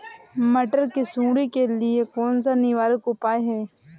मटर की सुंडी के लिए कौन सा निवारक उपाय है?